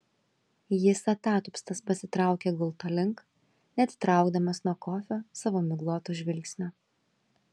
jis atatupstas pasitraukė gulto link neatitraukdamas nuo kofio savo migloto žvilgsnio